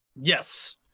Yes